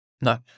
No